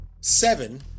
seven